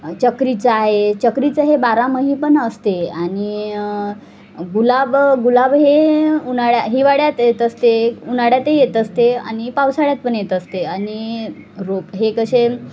चक्रीचं आहे चक्रीचं हे बारामही पण असते आणि गुलाब गुलाब हे उन्हाळ्या हिवाळ्यात येत असते उन्हाळ्यातही येत असते आणि पावसाळ्यात पण येत असते आणि रोप हे कसे